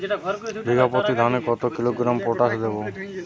বিঘাপ্রতি ধানে কত কিলোগ্রাম পটাশ দেবো?